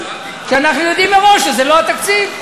כשאנחנו יודעים מראש שזה לא התקציב.